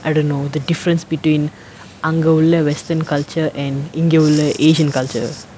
I don't know the difference between அங்க உள்ள:anga ulla western culture and இங்க உள்ள:inga ulla asian culture